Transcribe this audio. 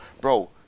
bro